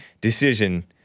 decision